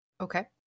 Okay